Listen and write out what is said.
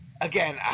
again